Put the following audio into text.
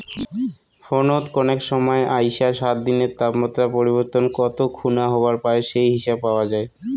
ফোনত কনেক সমাই আইসা সাত দিনের তাপমাত্রা পরিবর্তন কত খুনা হবার পায় সেই হিসাব পাওয়া যায়